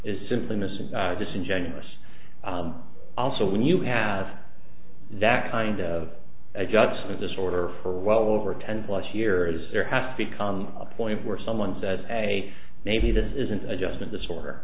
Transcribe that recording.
is simply missing disingenuous also when you have that kind of adjustment disorder for well over ten plus years there has to come a point where someone says a maybe this is an adjustment disorder